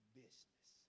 business